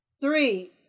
Three